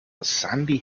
sandy